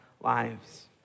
lives